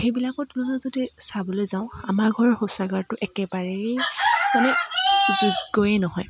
সেইবিলাকৰ তুলনাত যদি চাবলৈ যাওঁ আমাৰ ঘৰৰ শৌচাগাৰটো একেবাৰেই মানে যোগ্যয়েই নহয়